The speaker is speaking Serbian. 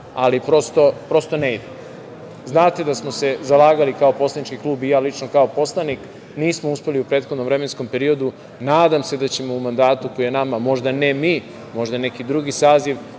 ali prosto ne ide. Znate da smo se zalagali kao poslanički klub i ja lično kao poslanik. Nismo uspeli u prethodnom vremenskom periodu. Nadam se da ćemo u mandatu, možda ne vi, možda neki drugi saziv,